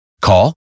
Call